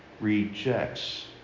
rejects